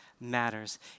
matters